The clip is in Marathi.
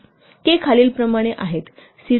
'k' खालीलप्रमाणे आहेत 'C' 2